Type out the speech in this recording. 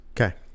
Okay